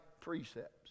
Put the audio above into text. precepts